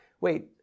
wait